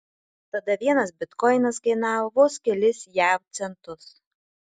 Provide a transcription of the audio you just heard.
tada vienas bitkoinas kainavo vos kelis jav centus